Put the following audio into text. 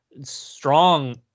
strong